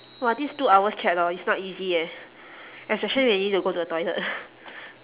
[wah] this two hours chat hor is not easy eh especially when you need to go to the toilet